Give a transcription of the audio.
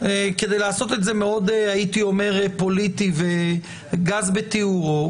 כדי לעשות את זה מאוד פוליטי וגס בתיאורו,